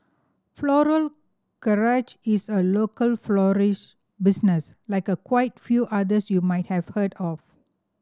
Floral Garage is a local florist business like a quite few others you might have heard of